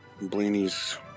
Blaney's